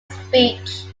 speech